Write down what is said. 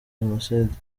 jenoside